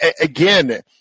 again